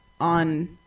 on